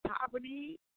poverty